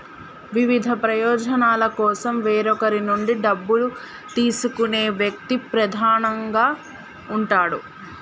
వివిధ ప్రయోజనాల కోసం వేరొకరి నుండి డబ్బు తీసుకునే వ్యక్తి ప్రధానంగా ఉంటాడు